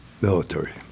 military